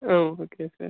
ah okay sir